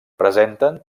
presenten